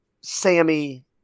Sammy